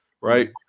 right